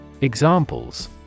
Examples